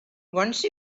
once